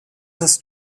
das